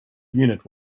unit